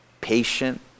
patient